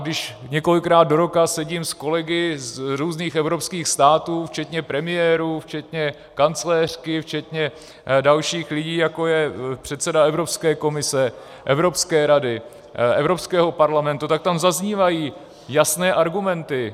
Když několikrát do roka sedím s kolegy z různých evropských států, včetně premiérů, včetně kancléřky, včetně dalších lidí, jako je předseda Evropské komise, Evropské rady, Evropského parlamentu, tak tam zaznívají jasné argumenty.